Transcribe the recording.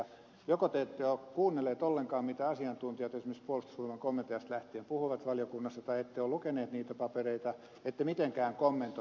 joko te ette ole kuunnelleet ollenkaan mitä asiantuntijat esimerkiksi puolustusvoimain komentajasta lähtien puhuivat valiokunnassa tai ette ole lukeneet niitä papereita ette mitenkään kommentoi niitä